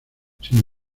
sin